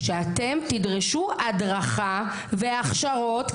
שתדרשו הדרכה והכשרות,